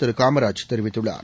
திருகாமராஜ் தெரிவித்துள்ளார்